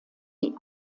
die